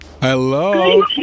Hello